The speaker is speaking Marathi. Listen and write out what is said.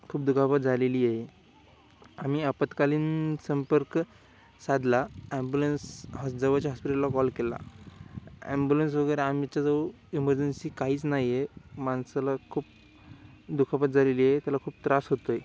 खूप दुखापत झालेली आहे आम्ही आपत्कालीन संपर्क साधला ॲम्बुलन्स हस जवळच्या हॉस्पिटलला कॉल केला ॲम्बुलन्स वगैरे आमच्या जवळ इमर्जन्सी काहीच नाही आहे माणसाला खूप दुखापत झालेली आहे त्याला खूप त्रास होतो आहे